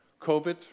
Covid